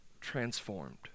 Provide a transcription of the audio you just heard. transformed